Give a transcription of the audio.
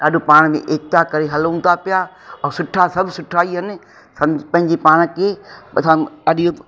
ॾाढो पाण में एकता करे हलूं था पिया ऐं सुठा सभु सुठा ई आहिनि सम्झ पंहिंजे पाण खे असां ॾाढी